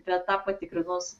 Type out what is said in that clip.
be tą patikrinus